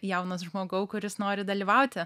jaunas žmogau kuris nori dalyvauti